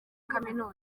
kaminuza